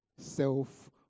Self